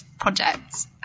projects